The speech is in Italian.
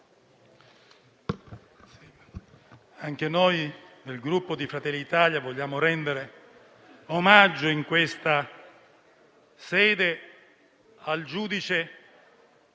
anche noi del Gruppo Fratelli d'Italia vogliamo rendere omaggio in questa sede al giudice